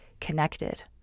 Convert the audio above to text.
connected